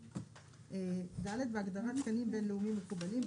ד';"; (ד) בהגדרה "תקנים בין-לאומיים מקובלים",